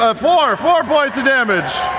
ah four, four points of damage!